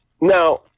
Now